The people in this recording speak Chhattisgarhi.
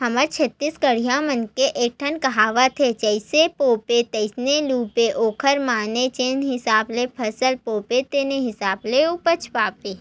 हमर छत्तीसगढ़िया मन के एकठन कहावत हे जइसे बोबे तइसने लूबे ओखर माने जेन हिसाब ले फसल बोबे तेन हिसाब ले उपज पाबे